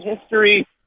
history